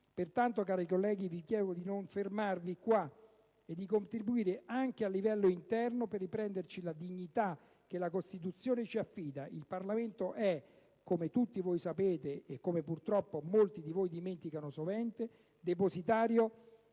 Pertanto, cari colleghi, vi chiedo di non fermarvi qua e di contribuire anche a livello interno per riprenderci la dignità che la Costituzione ci affida: il Parlamento è, come tutti voi sapete, e come purtroppo molti di voi dimenticano sovente, depositario